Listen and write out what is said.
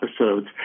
episodes